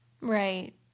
Right